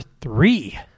three